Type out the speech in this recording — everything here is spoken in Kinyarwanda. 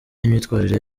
n’imyitwarire